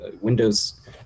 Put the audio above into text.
Windows